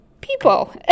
people